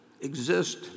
exist